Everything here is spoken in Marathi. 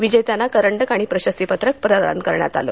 विजेत्यांना करंडक आणि प्रशस्तीपत्रक प्रदान करण्यात आलं